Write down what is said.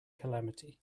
calamity